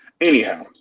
Anyhow